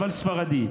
אבל ספרדי.